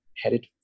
headed